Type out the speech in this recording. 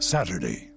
Saturday